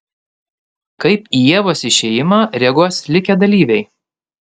kaip į ievos išėjimą reaguos likę dalyviai